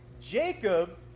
jacob